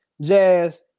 Jazz